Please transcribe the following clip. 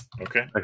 Okay